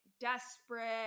Desperate